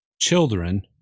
children